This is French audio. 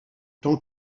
temps